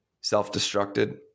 self-destructed